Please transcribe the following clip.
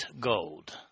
gold